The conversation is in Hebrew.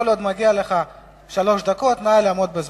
כל עוד מגיעות לך שלוש דקות, נא לעמוד בזמן.